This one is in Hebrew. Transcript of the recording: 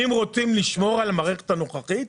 אם רוצים לשמור על המערכת הנוכחית,